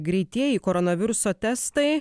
greitieji koronaviruso testai